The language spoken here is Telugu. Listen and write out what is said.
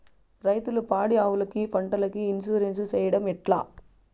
రైతులు పాడి ఆవులకు, పంటలకు, ఇన్సూరెన్సు సేయడం ఎట్లా?